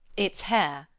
its hair,